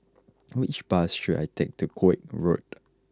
which bus should I take to Koek Road